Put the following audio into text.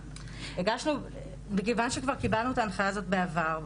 מכיוון שכבר קיבלנו את ההנחיה הזו בעבר,